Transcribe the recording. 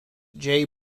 jay